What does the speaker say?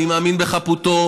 אני מאמין בחפותו.